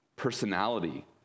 Personality